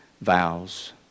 vows